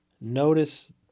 notice